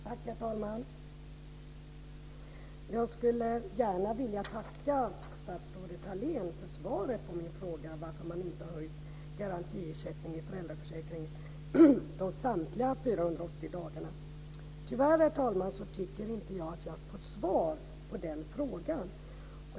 Herr talman! Jag skulle gärna vilja tacka statsrådet Thalén för svaret på min fråga om varför man inte har höjt garantiersättningen i föräldraförsäkringen samtliga de 480 dagarna. Tyvärr, herr talman, tycker inte jag att jag har fått svar på den frågan.